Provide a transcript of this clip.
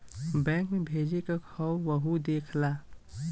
bank मे भेजे क हौ वहु देख ला